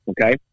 okay